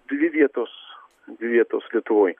dvi vietos vietos lietuvoj